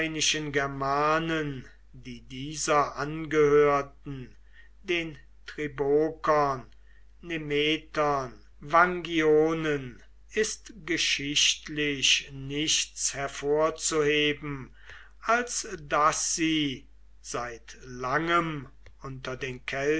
germanen die dieser angehörten den tribokern nemetern vangionen ist geschichtlich nichts hervorzuheben als daß sie seit langem unter den